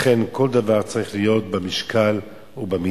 לכן, כל דבר צריך להיות במשקל ובמידה.